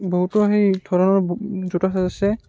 বহুতো সেই ধৰণৰ জতুৱা ঠাচ আছে